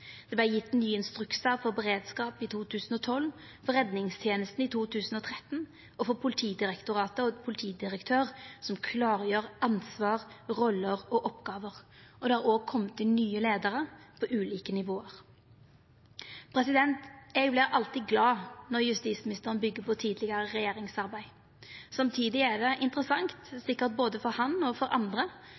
Det vart gitt nye instruksar for beredskap i 2012, for redningstenesta i 2013 og for Politidirektoratet og politidirektøren, som klargjer ansvar, roller og oppgåver. Det har òg kome inn nye leiarar på ulike nivå. Eg vert alltid glad når justisministeren byggjer på tidlegare regjeringsarbeid. Samtidig er det interessant, sikkert både for han og for andre,